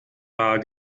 war